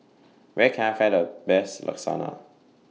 Where Can I Find Best Lasagna